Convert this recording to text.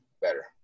better